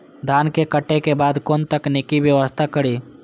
धान के काटे के बाद कोन तकनीकी व्यवस्था करी?